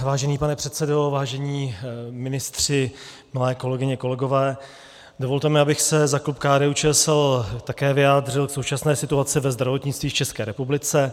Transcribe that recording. Vážený pane předsedo, vážení ministři, milé kolegyně, kolegové, dovolte, abych se za klub KDUČSL také vyjádřil k současné situaci ve zdravotnictví v České republice.